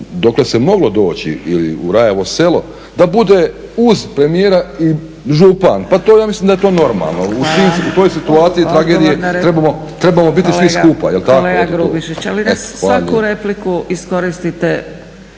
dokle se moglo doći ili u Rajevo Selo da bude uz premijera i župan, pa to ja mislim da je to normalno. U toj situaciji tragedije trebamo biti svi skupa,